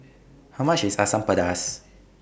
How much IS Asam Pedas